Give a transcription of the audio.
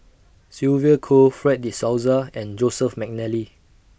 Sylvia Kho Fred De Souza and Joseph Mcnally